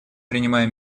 принимая